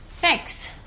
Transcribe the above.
Thanks